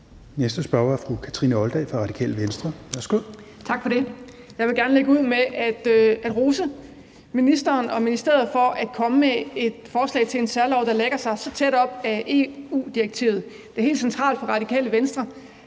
næste spørger er fru Kathrine Olldag fra Radikale Venstre. Værsgo. Kl. 16:08 Kathrine Olldag (RV): Tak for det. Jeg vil gerne lægge ud med at rose ministeren og ministeriet for at komme med et forslag til en særlov, der lægger sig så tæt op ad EU-direktivet. Det er helt centralt for Radikale Venstre,